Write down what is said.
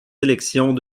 élections